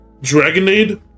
Dragonade